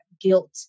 guilt